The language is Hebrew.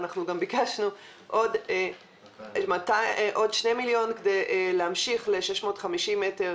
גם ביקשנו עוד 2 מיליון כדי להמשיך ל-650 מטר,